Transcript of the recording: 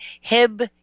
HIB